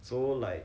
so like